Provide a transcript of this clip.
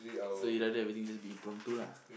so you rather everything just be impromptu lah